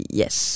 yes